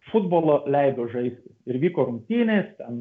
futbolą leido žaisti ir vyko rungtynės ten